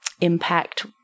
impact